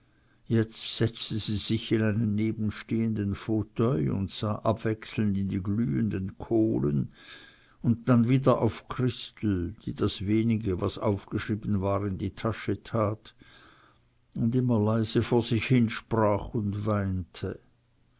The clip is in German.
jetzt setzte sie sich in einen nebenstehenden fauteuil und sah abwechselnd in die glühenden kohlen und dann wieder auf christel die das wenige was aufgeschrieben war in die tasche tat und immer leise vor sich hinsprach und weinte